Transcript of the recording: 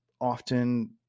often